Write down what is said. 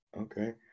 Okay